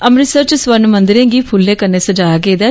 अमृतसर च स्वर्ण मंदरै गी फुल्लें कन्नै सजाया गेदा ऐ